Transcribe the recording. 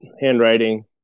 handwriting